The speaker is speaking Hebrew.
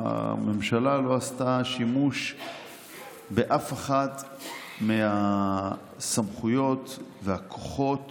הממשלה לא עשתה שימוש באף אחת מהסמכויות והכוחות